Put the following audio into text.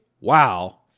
wow